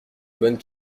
bonne